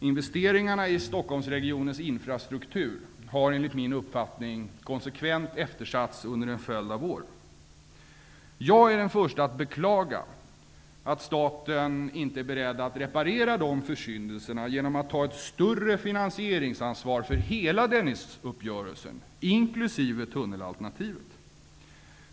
Investeringarna i Stockholmsregionens infrastruktur har enligt min uppfattning konsekvent eftersatts under en följd av år. Jag är den förste att beklaga att staten inte är beredd att reparera de försyndelserna genom att ta ett större finansieringsansvar för hela Herr talman!